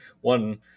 one